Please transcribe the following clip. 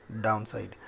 downside